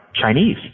Chinese